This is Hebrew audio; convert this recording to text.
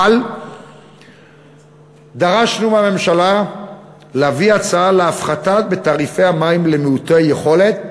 אבל דרשנו מהממשלה להביא הצעה להפחתה בתעריפי המים למעוטי יכולת,